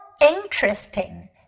interesting